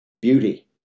beauty